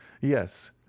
Yes